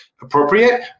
appropriate